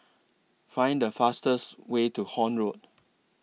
Find The fastest Way to Horne Road